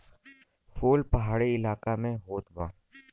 फूल पहाड़ी इलाका में होत बा